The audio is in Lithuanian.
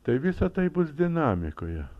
tai visa tai bus dinamikoje